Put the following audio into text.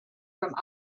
from